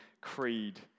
Creed